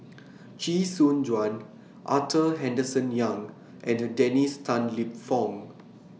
Chee Soon Juan Arthur Henderson Young and Dennis Tan Lip Fong